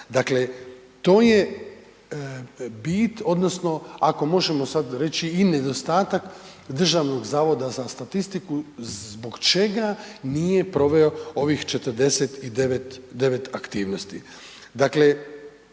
Dakle, to je bit odnosno ako možemo sad reći i nedostatak Državnog zavoda za statistiku zbog čega nije proveo ovih 49 aktivnosti.